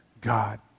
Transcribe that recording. God